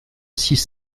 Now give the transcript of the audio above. six